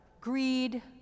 greed